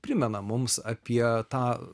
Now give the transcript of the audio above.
primena mums apie tą